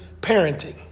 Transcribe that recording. parenting